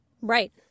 Right